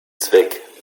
zweck